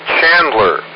Chandler